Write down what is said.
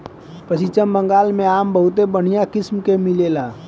पश्चिम बंगाल में आम बहुते बढ़िया किसिम के मिलेला